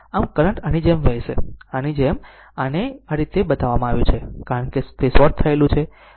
આમ કરંટ આની જેમ વહેશે આમ જ આને આ રીતે બતાવવામાં આવ્યું છે કારણ કે તે શોર્ટ થયેલ છે